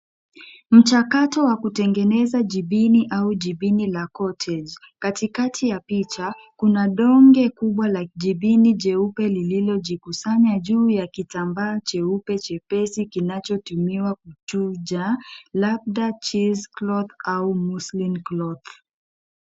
Mchakato wa kutengeneza jibini au jibini la cottage . Katikati ya picha kuna donge kubwa la jibini jeupe lililojikusanya juu ya kitambaa cheupe chepesi kinachotumiwa kuchuja. Labda cheese cloth au muslim cloth .